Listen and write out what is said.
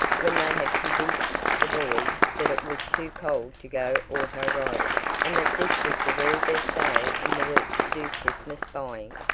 when they had convinced the boys that it was too cold to go auto riding, and that this was the very best day in the week to do christmas buying.